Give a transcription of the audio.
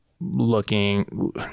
looking